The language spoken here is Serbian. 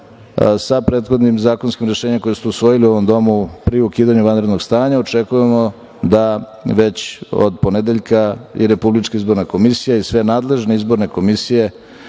sa prethodnim zakonskim rešenjem koji ste usvojili u ovom domu pre ukidanja vanrednog stanja, očekujemo da već od ponedeljka i RIK i sve nadležne izborne komisije